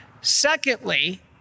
Secondly